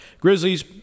grizzlies